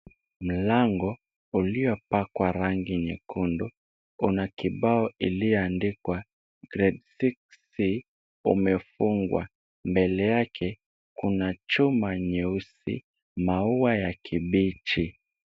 Mlango uliopakwa rangi nyekundu una kibao iliyoandikwa grade six c umefungwa. Mbele yake kuna chuma nyeusi maua ya kibichi.